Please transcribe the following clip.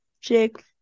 Jake